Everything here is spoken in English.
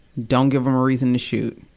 don't give them a reason to shoot.